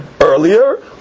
earlier